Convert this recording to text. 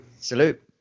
Salute